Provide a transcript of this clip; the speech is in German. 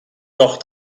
doch